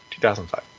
2005